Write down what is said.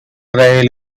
rail